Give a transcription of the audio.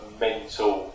mental